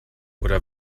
oder